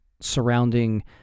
surrounding